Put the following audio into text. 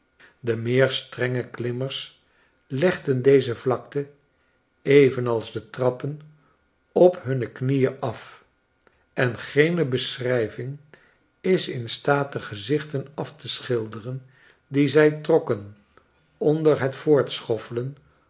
de meerstrenge klimmers legden deze vlakte evenals de trappen op hun knieen af en geene beschrijving is in staat degezichten af teschilderen die zij trokken onder het